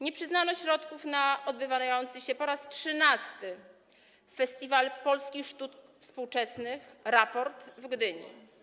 Nie przyznano środków na odbywający się po raz trzynasty Festiwal Polskich Sztuk Współczesnych R@Port w Gdyni.